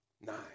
Nine